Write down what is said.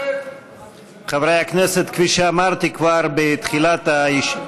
חברי הכנסת, כפי שאמרתי גם בפתיחת הישיבה,